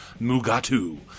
Mugatu